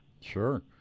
Sure